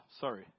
Sorry